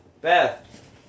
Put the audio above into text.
Beth